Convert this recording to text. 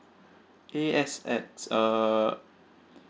A S X err